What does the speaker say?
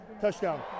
touchdown